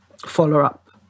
follow-up